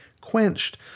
quenched